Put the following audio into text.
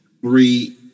three